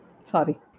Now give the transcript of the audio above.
sorry